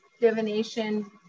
divination